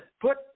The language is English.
put